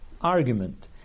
argument